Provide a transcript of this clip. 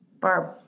barb